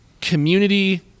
community